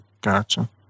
Gotcha